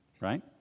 right